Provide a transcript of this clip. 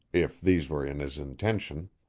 if these were in his intention,